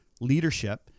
leadership